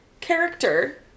character